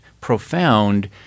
profound